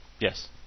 Yes